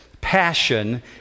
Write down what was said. passion